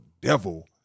devil